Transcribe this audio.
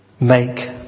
make